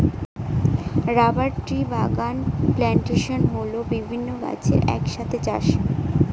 rubber ট্রির বাগান plantation হল বিভিন্ন গাছের এক সাথে চাষ